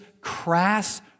crass